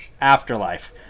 afterlife